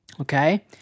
okay